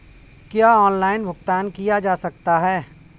क्या ऑनलाइन भुगतान किया जा सकता है?